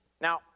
Now